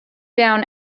down